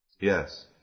Yes